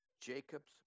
Jacob's